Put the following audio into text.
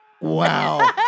Wow